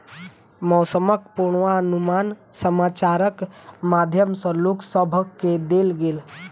मौसमक पूर्वानुमान समाचारक माध्यम सॅ लोक सभ केँ देल गेल